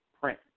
print